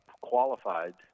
qualified